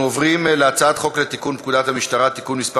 אנחנו עוברים להצעת חוק לתיקון פקודת המשטרה (מס'